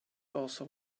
also